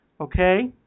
Okay